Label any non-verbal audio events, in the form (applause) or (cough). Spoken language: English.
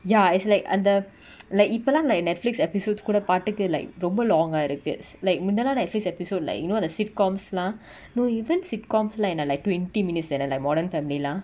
ya is like அந்த:antha (breath) like இப்பலா நா:ippala na netflix episodes கூட பாட்டுக்கு:kooda paatuku like ரொம்ப:romba long ah இருக்கு:iruku is like முத்தானாள்:munthanaal epi~ episode like you know the sitcoms lah (breath) no even sitcoms lah என்ன:enna like twenty minutes then then like modern family lah